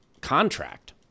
contract